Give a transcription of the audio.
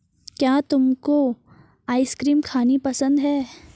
क्या तुमको आइसक्रीम खानी पसंद है?